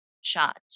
shot